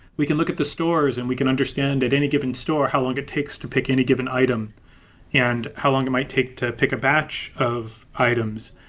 we can look at the stores and we can understand at any given store how long it takes to pick any given item and how long it might take to pick a batch of items,